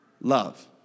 love